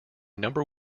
number